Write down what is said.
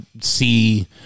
See